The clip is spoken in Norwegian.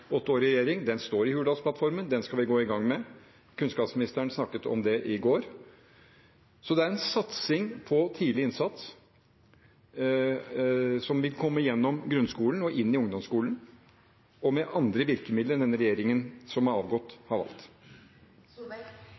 åtte år i regjering, står i Hurdalsplattformen, den skal vi gå i gang med – kunnskapsministeren snakket om det i går. Så det er en satsing på tidlig innsats som vil komme gjennom grunnskolen og inn i ungdomsskolen, og med andre virkemidler enn den regjeringen som er gått av, har